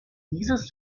dieses